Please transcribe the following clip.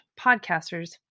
podcasters